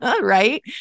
right